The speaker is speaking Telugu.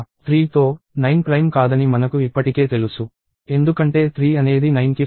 3తో 9 ప్రైమ్ కాదని మనకు ఇప్పటికే తెలుసు ఎందుకంటే 3 అనేది 9కి ఫ్యాక్టర్